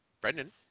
Brendan